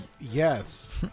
Yes